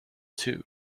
two